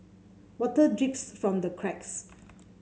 water drips from the cracks